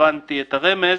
שהבנתי את הרמז,